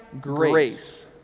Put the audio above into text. grace